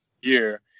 year